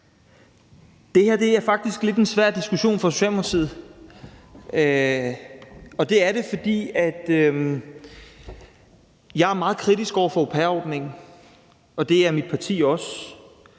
Det her er faktisk lidt en svær diskussion for Socialdemokratiet. Jeg er meget kritisk over for au pair-ordningen, og det er mit parti også.